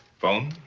phone?